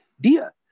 Dia